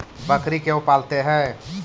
बकरी क्यों पालते है?